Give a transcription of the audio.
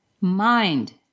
Mind